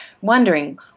wondering